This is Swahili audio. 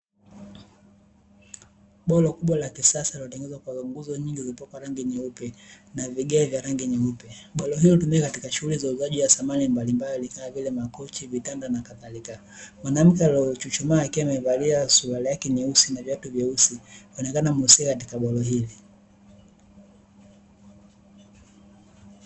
Bolo kubwa la kisasa lililotengezwa kwa nguzo nyingi zilizopakwa rangi nyeupe na vigae vya rangi nyeupe ,bolo hilo hutumika katika shughuli za uuzaji wa samani mbalimbali kama vile makochi ,vitanda na kadhalika, mwanamke aliyochuchumaa akiwa amevalia suluari yake nyeusi na viatu vyeusi inaonekana muhusika katika bolo hili.